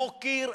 מוקיר,